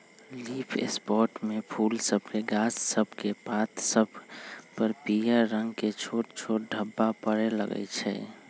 leaf spot में फूल सभके गाछ सभकेक पात सभ पर पियर रंग के छोट छोट ढाब्बा परै लगइ छै